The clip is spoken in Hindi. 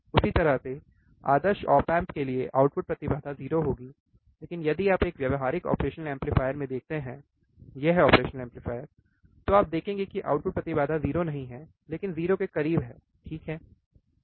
उसी तरह से आदर्श ऑप एम्प के लिए आउटपुट प्रतिबाधा 0 होगी लेकिन यदि आप व्यावहारिक ऑपरेशनल एम्पलीफायर में देखते हैं यह ऑपरेशनल एम्पलीफायर तो आप देखेंगे कि आउटपुट प्रतिबाधा 0 नहीं है लेकिन 0 के करीब है ठीक है